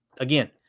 Again